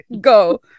go